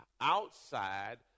Outside